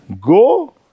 Go